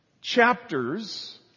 chapters